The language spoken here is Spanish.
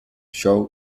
joe